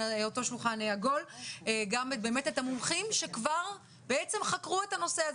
העגול גם המומחים שחקרו את הנושא הזה.